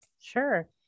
Sure